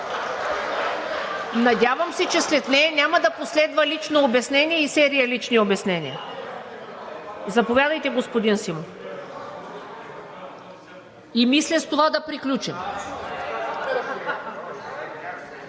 Надявам се, че след нея няма да последва лично обяснение и серия лични обяснения? Заповядайте, господин Симов. Мисля с това да приключим,